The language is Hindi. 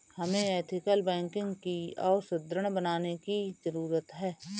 हमें एथिकल बैंकिंग को और सुदृढ़ बनाने की जरूरत है